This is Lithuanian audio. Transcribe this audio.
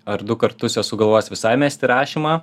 ar du kartus esu galvojęs visai mesti rašymą